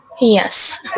yes